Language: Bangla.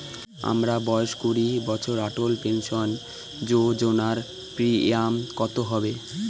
আমার বয়স কুড়ি বছর অটল পেনসন যোজনার প্রিমিয়াম কত হবে?